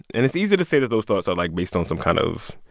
and it's easy to say that those thoughts are, like, based on some kind of,